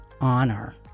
honor